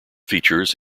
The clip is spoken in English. features